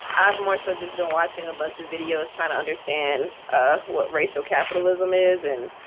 i've more so just been watching a bunch of videos, trying to understand what racial capitalism is. and